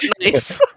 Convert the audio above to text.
nice